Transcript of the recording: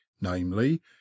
namely